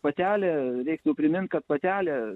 patelė reiktų primint kad patelė